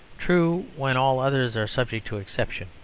true when all others are subject to exception.